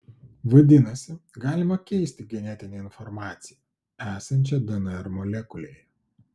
vadinasi galima keisti genetinę informaciją esančią dnr molekulėje